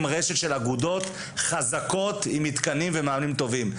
רשת של אגודות חזקות עם מתקנים ומנהלים טובים.